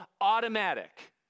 automatic